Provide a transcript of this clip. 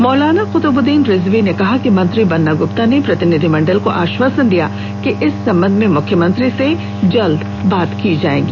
मौलाना कुतुबुद्दीन रिजवी ने कहा कि मंत्री बन्ना गुप्ता ने प्रतिनिधिमंडल को आश्वासन दिया कि इस संबंध में मुख्यमंत्री से जल्द बात की जायेगी